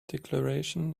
declaration